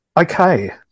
Okay